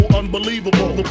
unbelievable